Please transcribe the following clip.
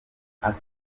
atari